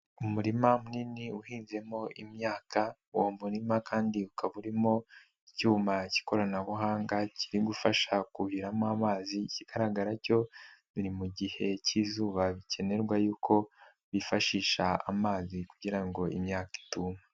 Umurima munini uhinzemo imyaka, Uwo murima kandi ukaba urimo icyuma cy'ikoranabuhanga kiri gufasha kuhiramo amazi, ikigaragara cyo biri mu gihe cy'izuba bikenerwa yuko bifashisha amazi kugira ngo imyaka itumva.